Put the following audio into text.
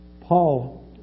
Paul